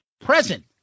Present